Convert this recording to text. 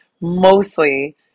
mostly